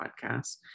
podcast